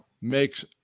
makes